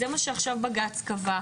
זה מה שבג"ץ קבע עכשיו.